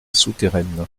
souterraine